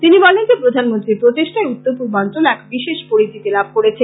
তিনি বলেন যে প্রধামন্ত্রীর প্রচেষ্টায় উত্তর পূর্বাঞ্চল এক বিশেষ পরিচিতি লাভ করেছে